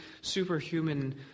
superhuman